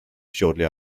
shortly